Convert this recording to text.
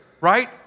right